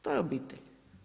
To je obitelj.